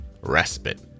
respite